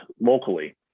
locally